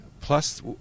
plus